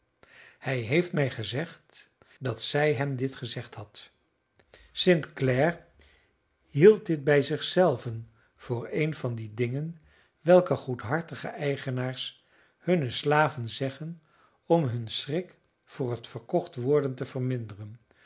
hij heeft mij gezegd dat zij hem dit gezegd had st clare hield dit bij zich zelven voor een van die dingen welke goedhartige eigenaars hunnen slaven zeggen om hun schrik voor het verkocht worden te verminderen